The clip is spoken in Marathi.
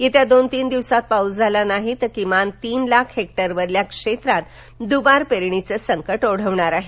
येत्या दोन तीन दिवसात पाऊस झाला नाही तर किमान तीन लाख हेक्टरवरील क्षेत्रात दूबार पेरणीचे संकट ओढवणार आहे